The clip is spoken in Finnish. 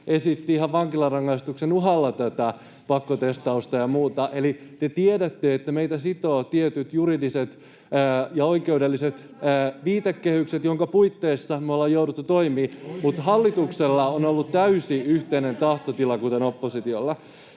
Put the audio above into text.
esitti ihan vankilarangaistuksen uhalla tätä pakkotestausta ja muuta, eli te tiedätte, että meitä sitovat tietyt juridiset ja oikeudelliset viitekehykset, joiden puitteissa me ollaan jouduttu toimimaan. [Leena Meri: Ettekö kuunnellut äskeistä puheenvuoroa?] Mutta hallituksella